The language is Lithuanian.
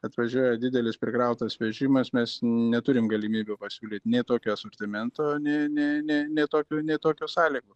atvažiuoja didelis prikrautas vežimas mes neturim galimybių pasiūlyt nė tokio asortimento nei nei nei nei tokių nei tokių sąlygų